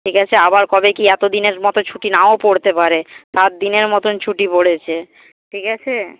ঠিক আছে আবার কবে কী এতদিনের মতো ছুটি নাও পড়তে পারে সাতদিনের মতন ছুটি পড়েছে ঠিক আছে